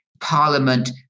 parliament